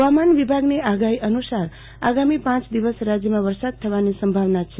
હવામાન વિભાગની આગાહી અનુસાર આગામી પાંચ દિવસ રાજ્યમાં વરસાદ થવાની સંભાવના છે